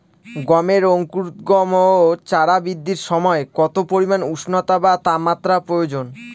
গমের অঙ্কুরোদগম ও চারা বৃদ্ধির সময় কত পরিমান উষ্ণতা বা তাপমাত্রা প্রয়োজন?